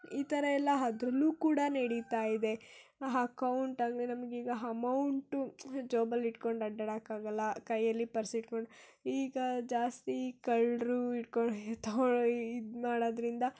ಈ ಥರ ಎಲ್ಲ ಅದ್ರಲ್ಲೂ ಕೂಡ ನಡಿತಾ ಇದೆ ಹಕೌಂಟಾಗಲಿ ನಮಗೀಗ ಹಮೌಂಟು ಜೋಬಲ್ಲಿಟ್ಕೊಂಡು ಅಡ್ಡಾಡೋಕ್ಕಾಗಲ್ಲ ಕೈಯಲ್ಲಿ ಪರ್ಸ್ ಇಟ್ಕೊಂಡು ಈಗ ಜಾಸ್ತಿ ಕಳ್ಳರು ಹಿಡ್ಕೊಂಡು ತಗೊಂಡ್ ಇದು ಮಾಡೋದ್ರಿಂದ